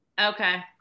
Okay